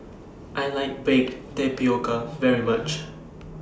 I like Baked Tapioca very much